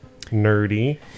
nerdy